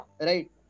right